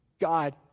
God